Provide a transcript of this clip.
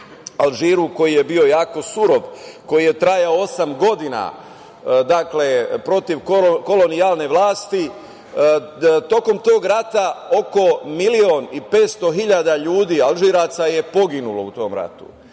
Alžiru koji je bio jako surov, koji je trajao osam godina protiv kolonijalne vlasti, tokom tog rata oko milion i petsto hiljada ljudi Alžiraca je poginulo. Jedinu